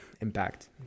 impact